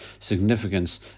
significance